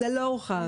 זה לא הורחב.